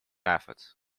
efforts